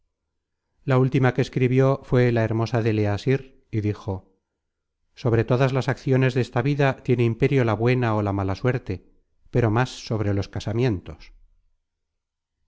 la última que escribió fué la hermosa deleasir y dijo sobre todas las acciones desta vida tiene imperio la buena ó la mala suerte pero más sobre los casamientos